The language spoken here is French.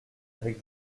avec